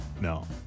No